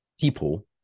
people